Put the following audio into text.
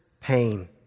pain